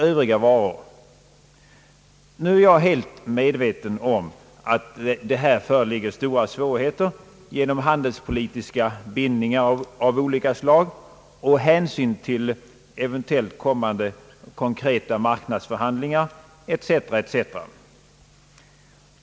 Jag är helt medveten om att det här vidlag föreligger stora svårigheter genom handelspolitiska bindningar av olika slag och att hänsyn måste tas till eventuellt kommande konkreta marknadsförhandlingar etc.